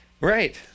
Right